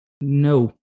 No